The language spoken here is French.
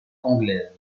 anglaises